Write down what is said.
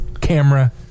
camera